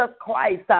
Christ